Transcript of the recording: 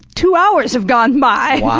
two hours have gone by.